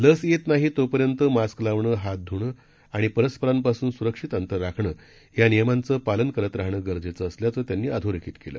लस येत नाही तोपर्यंत मास्क लावणं हाथ ध्णं आणि परस्परांपासून सुरक्षित अंतर राखणं या नियमांचं पालन करत राहणं गरजेचं असल्याचं त्यांनी अधोरेखित केलं